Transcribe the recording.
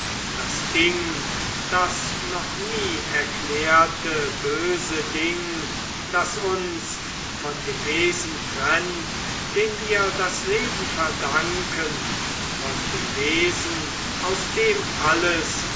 das ding das noch nie erklärte böse ding das uns von dem wesen trennt dem wir das leben verdanken von dem wesen aus dem alles